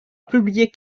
publié